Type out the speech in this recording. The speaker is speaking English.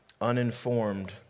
uninformed